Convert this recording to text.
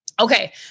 Okay